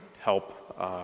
help